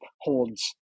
holds